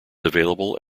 available